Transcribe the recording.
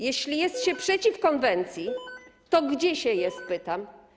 Jeśli jest się przeciw konwencji, to gdzie się jest, pytam.